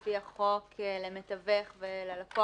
עם חברה שמוציאה כמויות וזה גם עלויות.